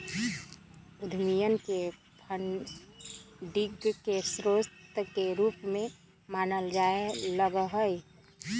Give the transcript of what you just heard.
उद्यमियन के फंडिंग के स्रोत के रूप में मानल जाय लग लय